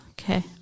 okay